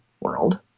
world